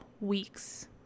weeks